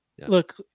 Look